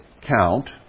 count